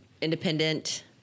independent